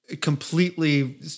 completely